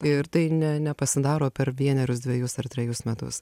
ir tai ne nepasidaro per vienerius dvejus ar trejus metus